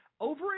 Over